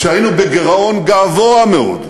כשהיינו בגירעון גבוה מאוד,